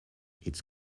its